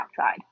outside